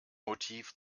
motiv